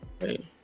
wait